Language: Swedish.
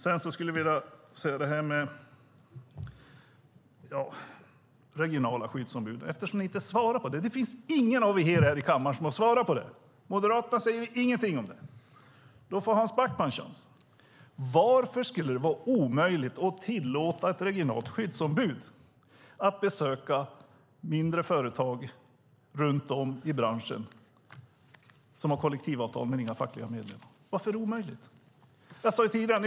Sedan skulle jag vilja säga något om regionala skyddsombud, eftersom ni inte svarar på det. Det finns ingen här i kammaren som har svarat på det. Moderaterna säger ingenting om det. Hans Backman får en chans: Varför skulle det vara omöjligt att tillåta ett regionalt skyddsombud att besöka mindre företag runt om i branschen som har kollektivavtal men inga fackliga medlemmar? Varför är det omöjligt?